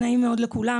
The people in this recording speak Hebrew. נעים מאוד לכולם,